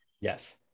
yes